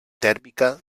tèrmica